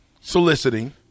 soliciting